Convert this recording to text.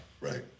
Right